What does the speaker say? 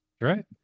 right